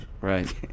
Right